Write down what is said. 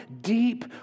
deep